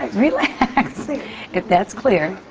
relax. if that's clear,